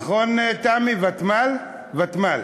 נכון, תמי, ותמ"ל?